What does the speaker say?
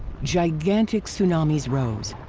gigantic tsunamis rose.